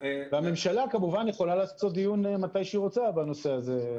והממשלה כמובן יכולה לעשות דיון מתי שהיא רוצה בנושא הזה ולהחליט.